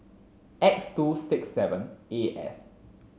X two six seven A S